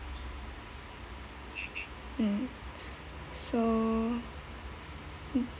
mm so